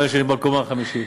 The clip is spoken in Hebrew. גם אלה שבקומה החמישית.